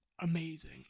amazing